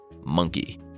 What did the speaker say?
Monkey